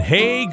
Hey